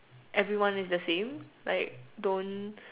everyone is the same like don't